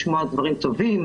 לשמוע דברים טובים,